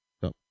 go